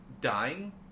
dying